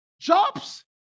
jobs